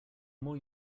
more